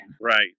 Right